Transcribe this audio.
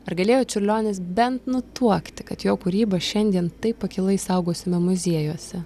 ar galėjo čiurlionis bent nutuokti kad jo kūrybą šiandien taip akylai saugosime muziejuose